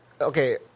Okay